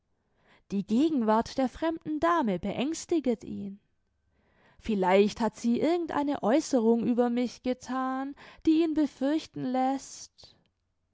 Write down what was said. die gegenwart der fremden dame beängstiget ihn vielleicht hat sie irgend eine aeußerung über mich gethan die ihn befürchten läßt